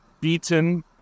beaten